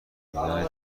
بودن